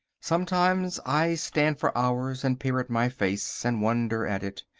sometimes i stand for hours and peer at my face and wonder at it.